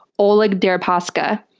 oleg deripaska,